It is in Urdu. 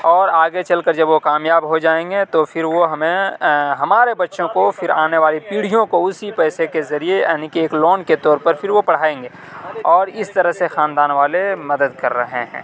اور آگے چل کر جب وہ کامیاب ہو جائیں گے تو پھر وہ ہمیں ہمارے بچوں کو پھر آنے والے پیڑھیوں کو اسی پیسے کے ذریعے یعنی کہ ایک لون کے طور پر پھر وہ پڑھائیں گے اور اس طرح سے خاندان والے مدد کر رہے ہیں